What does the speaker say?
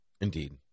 Indeed